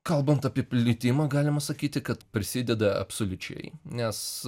kalbant apie plitimą galima sakyti kad prisideda absoliučiai nes